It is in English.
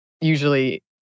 usually